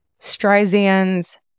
Streisand's